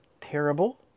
terrible